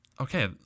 Okay